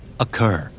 occur